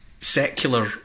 secular